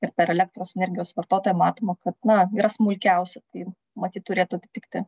ir per elektros energijos vartotoją matoma kad na yra smulkiausia tai matyt turėtų atitikti